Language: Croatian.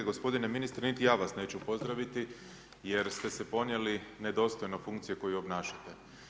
Gospodine ministre, niti ja vas neću pozdraviti jer ste se ponijeli nedostojno funkcije koju obnašate.